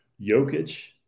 Jokic